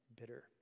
bitter